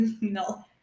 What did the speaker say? No